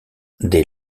dès